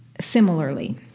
similarly